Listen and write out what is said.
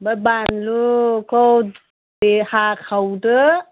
ओमफ्राय बानलुखौ उदे हाखावदो